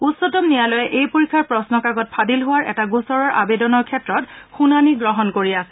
উচ্চতম ন্যায়ালয়ে এই পৰীক্ষাৰ প্ৰশ্নকাকত ফাদিল হোৱাৰ এটা গোচৰৰ আবেদনৰ ক্ষেত্ৰত শুনানী গ্ৰহণ কৰি আছে